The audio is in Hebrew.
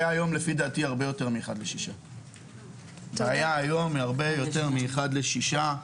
לדעתי, הבעיה היום היא הרבה יותר מאחד לשישה.